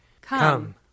Come